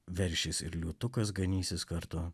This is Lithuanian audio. veršis ir liūtukas ganysis kartu